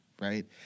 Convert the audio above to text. right